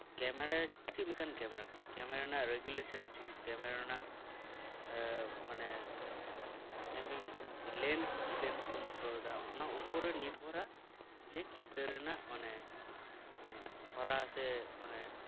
camera ᱪᱮᱫᱞᱮᱠᱟᱱ camera ᱠᱟᱱᱟ camera ᱨᱮᱭᱟᱜ ᱨᱮᱜᱩᱞᱮᱥᱚᱱ ᱪᱮᱫ ᱠᱮᱢᱮᱨᱟ ᱨᱮᱭᱟᱜ ᱢᱟᱱᱮ ᱮᱢ ᱮᱢ ᱞᱮᱱᱥ ᱪᱮᱫ ᱞᱮᱱᱥ ᱛᱮᱢ ᱛᱩᱞᱟᱹᱣᱮᱫᱟ ᱚᱱᱟ ᱩᱯᱚᱨᱮ ᱱᱤᱨᱵᱷᱚᱨᱟᱭ ᱡᱮ ᱪᱤᱛᱟᱹᱨ ᱨᱮᱭᱟᱜ ᱚᱱᱮ ᱦᱚᱨᱟ ᱥᱮ ᱚᱱᱮ